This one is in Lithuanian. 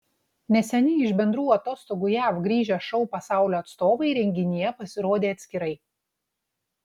neseniai iš bendrų atostogų jav grįžę šou pasaulio atstovai renginyje pasirodė atskirai